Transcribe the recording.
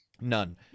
none